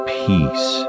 peace